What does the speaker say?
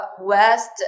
West